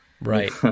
right